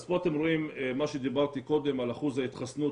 פה אתם רואים מה שאמרתי קודם על אחוז ההתחסנות,